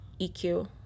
EQ